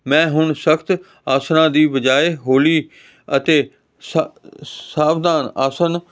ਮੈਂ ਹੁਣ ਸਖਤ ਆਸਣਾਂ ਦੀ ਬਜਾਏ ਹੋਲੀ ਅਤੇ ਸਾਵਧਾਨ ਆਸਣ